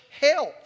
health